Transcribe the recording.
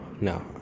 No